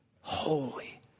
holy